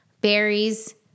berries